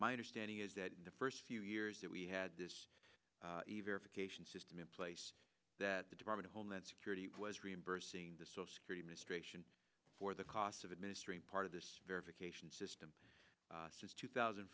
my understanding is that in the first few years that we had this cation system in place that the department of homeland security was reimbursing the so security ministration for the cost of administering part of this verification system since two thousand